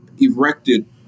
erected